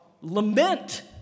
lament